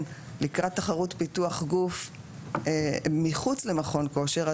לקראת תחרות פיתוח גוף מחוץ למכון כושר,